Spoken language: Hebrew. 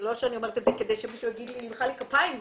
לא שאני אומרת את זה כדי שמישהו ימחא לי כפיים,